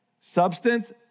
substance